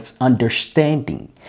understanding